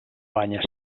banya